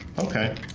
okay,